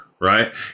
right